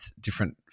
different